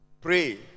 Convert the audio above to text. Pray